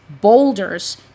boulders